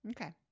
Okay